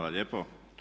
lijepo.